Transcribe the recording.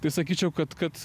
tai sakyčiau kad kad